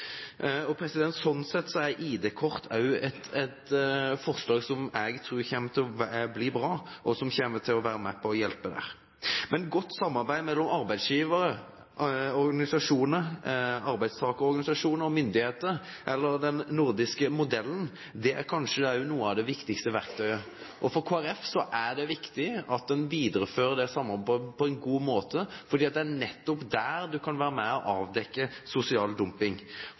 Sånn sett tror jeg forslaget om ID-kort kommer til å bli bra, og kommer til å være med på å hjelpe der. Et godt samarbeid mellom arbeidsgivere, arbeidstakerorganisasjoner og myndigheter eller den nordiske modellen er kanskje noe av det viktigste verktøyet. For Kristelig Folkeparti er det viktig at en viderefører det samarbeidet på en god måte, for det er nettopp der en kan være med på å avdekke sosial dumping.